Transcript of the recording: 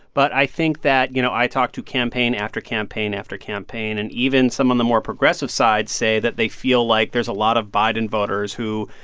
but i think that, you know, i talked to campaign after campaign after campaign, and even some of the more progressive sides say that they feel like there's a lot of biden voters who,